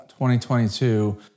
2022